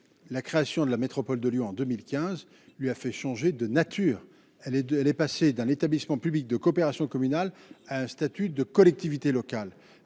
la création de la métropole de Lyon en 2015, il lui a fait changer de nature, elle est de, elle est passée d'un établissement public de coopération communale à un statut de collectivité locale,